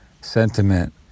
sentiment